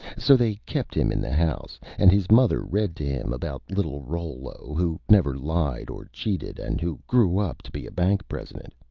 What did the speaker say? so they kept him in the house, and his mother read to him about little rollo, who never lied or cheated, and who grew up to be a bank president,